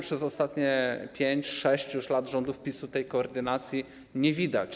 Przez ostatnie 5, już 6 lat rządów PiS tej koordynacji nie widać.